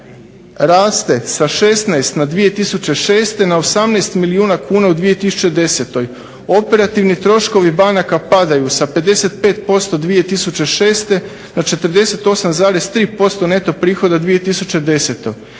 raste sa 16 2006. na 18 milijuna kuna u 2010. Operativni troškovi banaka padaju sa 55% 2006. na 48,3% neto prihoda 2010.